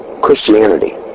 Christianity